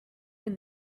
when